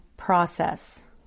process